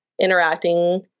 interacting